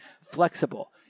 flexible